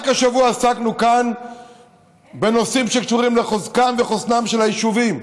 רק השבוע עסקנו כאן בנושאים שקשורים לחוזקם ולחוסנם של היישובים.